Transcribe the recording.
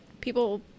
people